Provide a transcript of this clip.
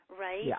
right